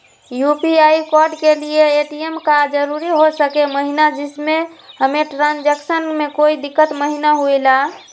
UPI code के लिए ATM का जरूरी हो सके महिना जिससे हमें ट्रांजैक्शन में कोई दिक्कत महिना हुई ला?